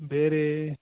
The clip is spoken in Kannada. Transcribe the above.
ಬೇರೇ